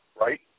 right